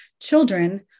children